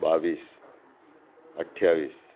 બાવીસ અઠ્યાવીસ